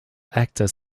actor